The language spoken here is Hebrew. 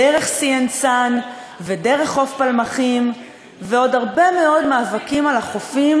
דרך "סי אנד סאן" ודרך חוף פלמחים ועוד הרבה מאוד מאבקים על החופים,